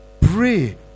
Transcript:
Pray